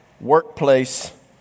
Workplace